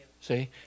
see